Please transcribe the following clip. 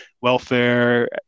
welfare